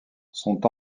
sont